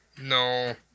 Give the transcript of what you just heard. No